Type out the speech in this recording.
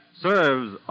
serves